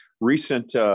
recent